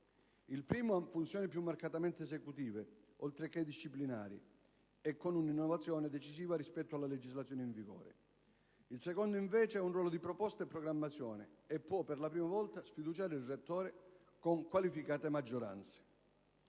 il primo ha funzioni più marcatamene esecutive, oltre che disciplinari, e con un'innovazione decisiva rispetto alla legislazione in vigore; il secondo invece ha un ruolo di proposta e programmazione, e può per la prima volta sfiduciare il rettore con qualificate maggioranze.